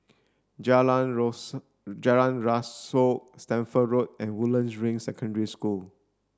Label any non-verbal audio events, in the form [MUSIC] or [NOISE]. Jalan [UNINTELLIGIBLE] Jalan Rasok Stamford Road and Woodlands Ring Secondary School